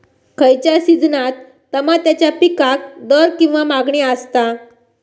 खयच्या सिजनात तमात्याच्या पीकाक दर किंवा मागणी आसता?